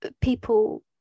people